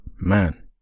man